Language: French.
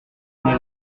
n’ai